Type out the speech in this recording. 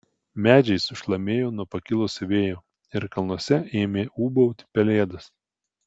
medžiai sušlamėjo nuo pakilusio vėjo ir kalnuose ėmė ūbauti pelėdos